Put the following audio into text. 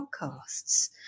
podcasts